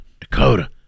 dakota